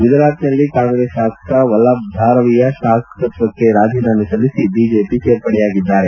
ಗುಜರಾತ್ನಲ್ಲಿ ಕಾಂಗ್ರೆಸ್ ಶಾಸಕ ವಲಭ್ ಧಾರವಿಯ ಶಾಸಕತ್ತಕ್ಷೆ ರಾಜೀನಾಮೆ ಸಲ್ಲಿಸಿ ಬಿಜೆಪಿ ಸೇರ್ಪಡೆಯಾಗಿದ್ದಾರೆ